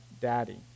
Daddy